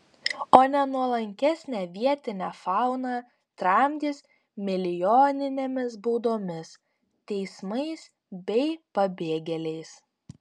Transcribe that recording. o nenuolankesnę vietinę fauną tramdys milijoninėmis baudomis teismais bei pabėgėliais